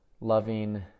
loving